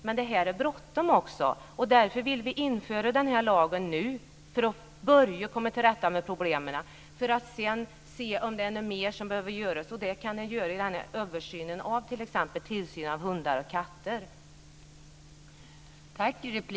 Men det är bråttom, och därför vill vi införa den här lagen nu för att sedan se om det är något mera som behöver göras.